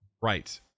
Right